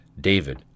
David